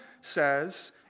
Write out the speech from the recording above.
says